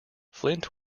flint